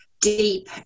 deep